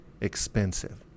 expensive